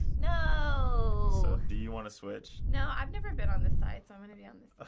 no! so do you want to switch? no, i've never been on this side, so i'm gonna be on this